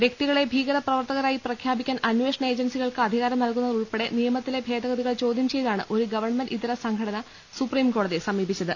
വൃക്തികളെ ഭീകര പ്രവർത്തകരായി പ്രഖ്യാപിക്കാൻ അന്വേഷണ ഏജൻസികൾക്ക് അധികാരം നൽകുന്നതുൾപ്പെടെ നിയമത്തിലെ ഭേദഗതികൾ ചോദ്യം ചെയ്താണ് ഒരു ഗവൺമെന്റ് ഇതര സംഘടന സുപ്രീം കോടതിയെ സമീപിച്ചത്